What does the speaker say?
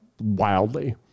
wildly